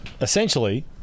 essentially